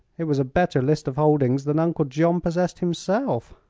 it was a better list of holdings than uncle john possessed himself.